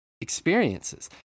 experiences